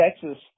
Texas